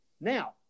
Now